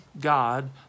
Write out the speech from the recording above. God